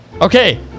Okay